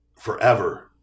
Forever